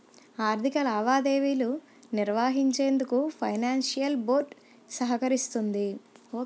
ఆర్థిక లావాదేవీలు నిర్వహించేందుకు ఫైనాన్షియల్ బోర్డ్ సహకరిస్తుంది